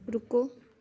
ਰੁਕੋ